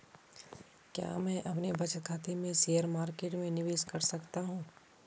क्या मैं अपने बचत खाते से शेयर मार्केट में निवेश कर सकता हूँ?